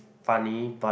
funny but